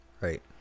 right